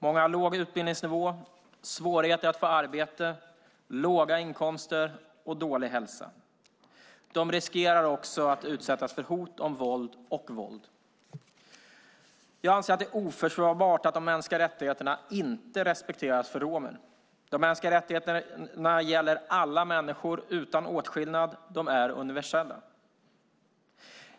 Många har låg utbildningsnivå, svårigheter att få arbete, låga inkomster och dålig hälsa. De riskerar att utsättas för hot om våld och våld. Jag anser att det är oförsvarbart att de mänskliga rättigheterna inte respekteras för romer. De mänskliga rättigheterna gäller alla människor, utan åtskillnad - de är universella.